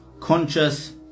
conscious